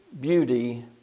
beauty